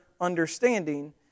understanding